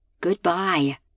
Goodbye